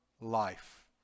life